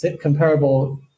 comparable